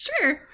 Sure